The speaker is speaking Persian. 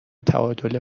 تعادل